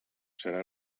serà